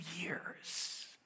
years